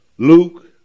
Luke